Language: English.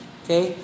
okay